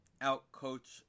out-coach